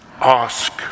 Ask